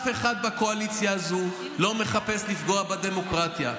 אף אחד בקואליציה הזאת לא מחפש לפגוע בדמוקרטיה.